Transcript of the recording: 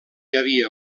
havia